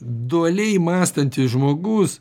dualiai mąstantis žmogus